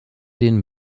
den